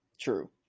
True